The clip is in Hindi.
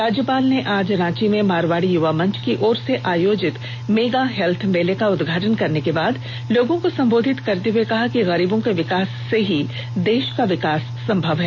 राज्यपाल ने आज रांची में मारवाड़ी युवा मंच की ओर से आयोजित मेगा हेल्थ मेले का उद्घाटन करने के बाद लोगों को संबोधित करते हुए कहा कि गरीबों के विकास से ही देष का विकास संभव है